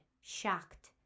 shocked